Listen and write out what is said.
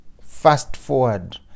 fast-forward